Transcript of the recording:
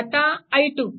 आता i2